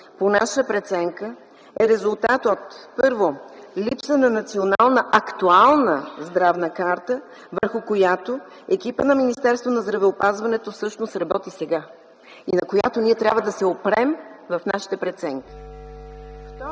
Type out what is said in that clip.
по наша преценка, е резултат от: 1. Липса на национална актуална здравна карта, върху която екипът на Министерството на здравеопазването всъщност работи сега и на която ние трябва да се опрем в нашите преценки.